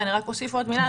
אני אוסיף עוד מילה.